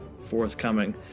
forthcoming